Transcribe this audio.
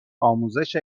آموزش